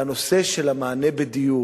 זה הנושא של המענה בדיור.